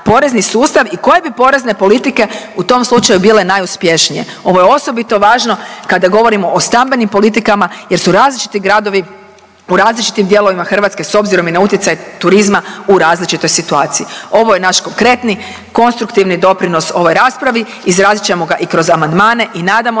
porezni sustav i koje bi porezne politike u tom slučaju bile najuspješnije. Ovo je osobito važno kada govorimo o stambenim politikama jer su različiti gradovi u različitim dijelovima Hrvatske, s obzirom i na utjecaj turizma u različitoj situaciji. Ovo je naš konkretni, konstruktivni doprinos ovoj raspravi, izrazit ćemo ga i kroz amandmane i nadamo